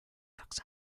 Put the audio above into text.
ducks